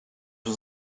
was